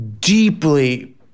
deeply